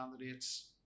candidates